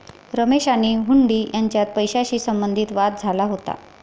रमेश आणि हुंडी यांच्यात पैशाशी संबंधित वाद झाला होता